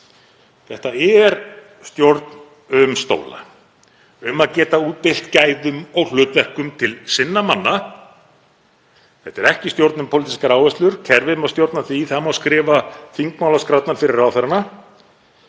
Þetta er stjórn um stóla, um að geta útdeilt gæðum og hlutverkum til sinna manna. Þetta er ekki stjórn um pólitískar áherslur, kerfið má stjórna því, það má skrifa þingmálaskrárnar fyrir ráðherrana,